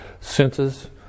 senses